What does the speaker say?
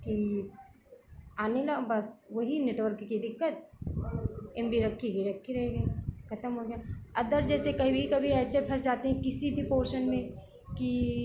कि आने का बस वही नेटवर्क की दिक्कत एम बी रखी की रखी रहे गई खत्म हो गया अदर जैसे कभी कभी ऐसे फँस जाते हैं किसी भी पोर्शन में कि